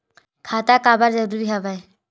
खाता का बर जरूरी हवे?